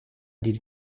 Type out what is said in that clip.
die